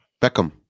Beckham